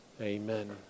Amen